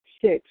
Six